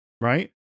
right